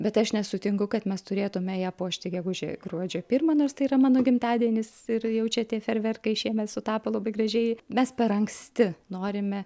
bet aš nesutinku kad mes turėtume ją puošti gegužė gruodžio pirmą nors tai yra mano gimtadienis ir jau čia tie fejerverkai šiemet sutapo labai gražiai mes per anksti norime